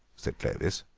said clovis.